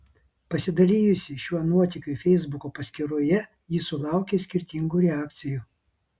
pasidalijusi šiuo nuotykiu feisbuko paskyroje ji sulaukė skirtingų reakcijų